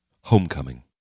Homecoming